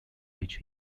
which